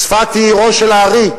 צפת היא עירו של האר"י.